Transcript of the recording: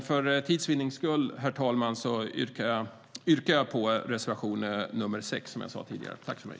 För tids vinnande yrkar jag dock bifall bara till reservation nr 6.